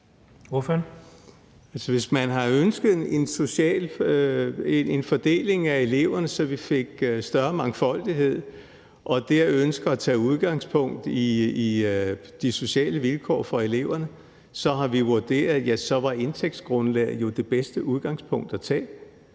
Hvis man ønsker en fordeling af eleverne, så vi får større mangfoldighed, og dér ønsker at tage udgangspunkt i de sociale vilkår for eleverne, har vi vurderet, at indtægtsgrundlaget er det bedste udgangspunkt. Der